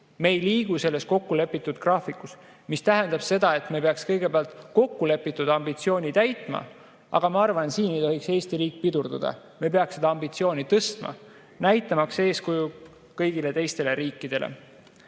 Me ei liigu kokkulepitud graafikus. See tähendab seda, et me peaksime kõigepealt kokkulepitud ambitsiooni täitma. Aga ma arvan, et siin ei tohiks Eesti riik pidurdada. Me peaksime seda ambitsiooni tõstma ja näitama sellega eeskuju kõigile teistele riikidele.